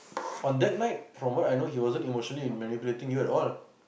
on that night from what I know he wasn't emotionally manipulating you at all